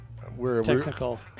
Technical